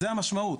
זו המשמעות.